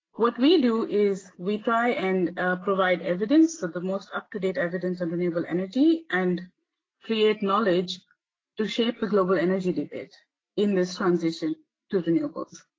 what we do is we try and provide evidence of the most up-to-date evidence on renewable energy and create knowledge to shape the global energy debate in this transition to renewables.